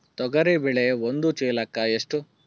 ತೊಗರಿ ಬೇಳೆ ಒಂದು ಚೀಲಕ ಎಷ್ಟು?